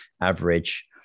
average